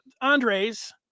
Andres